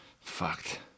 Fucked